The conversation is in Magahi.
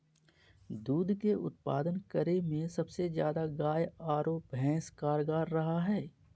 दूध के उत्पादन करे में सबसे ज्यादा गाय आरो भैंस कारगार रहा हइ